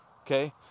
okay